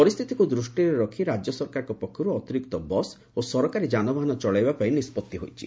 ପରିସ୍ଥିତିକୁ ଦୂଷ୍ଟିରେ ରଖବ ରାଜ୍ୟ ସରକାରଙ୍କ ପକ୍ଷରୁ ଅତିରିକ୍ତ ବସ୍ ଓ ସରକାରୀ ଯାନବାହାନ ଚଳାଇବା ପାଇଁ ନିଷ୍ପତ୍ତି ହୋଇଛି